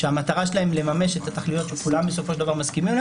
שהמטרה שלהם היא לממש את התכליות שכולם בסופו של דבר מסכימים עליהן.